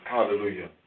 Hallelujah